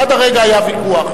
עד הרגע היה ויכוח.